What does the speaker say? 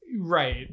right